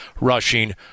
rushing